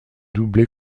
doublé